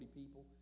people